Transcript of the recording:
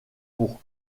pour